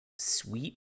sweet